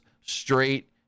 straight